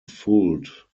fuld